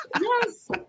Yes